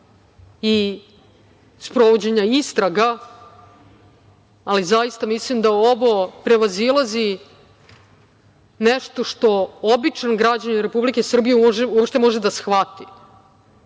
i sprovođenja istraga, ali zaista mislim da ovo prevazilazi nešto što običan građanin Republike Srbije uopšte može da shvati,